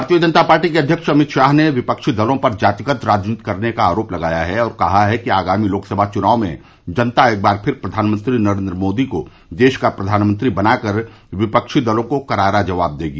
भारतीय जनता पार्टी के अध्यक्ष अमित शाह ने विपक्षी दलों पर जातिगत राजनीति करने का आरोप लगाया और कहा कि आगामी लोकसभा चुनाव में जनता एक बार फिर प्रधानमंत्री नरेन्द्र मोदी को देश का प्रधानमंत्री बनाकर विपक्षी दलों को करारा जवाब देगी